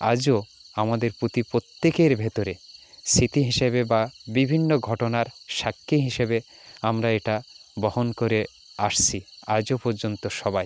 আজও আমাদের প্রতি প্রত্যেকের ভিতরে স্মৃতি হিসেবে বা বিভিন্ন ঘটনার সাক্ষী হিসেবে আমরা এটা বহন করে আসছি আজও পর্যন্ত সবাই